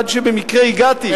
עד שבמקרה הגעתי.